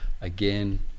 again